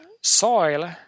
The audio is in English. soil